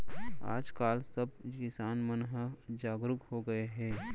आज काल सब किसान मन ह जागरूक हो गए हे